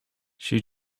she